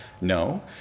No